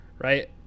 right